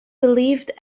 believed